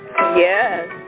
Yes